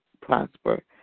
prosper